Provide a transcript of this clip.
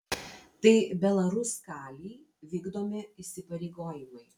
tai belaruskalij vykdomi įsipareigojimai